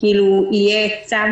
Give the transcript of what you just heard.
כאילו יהיה צד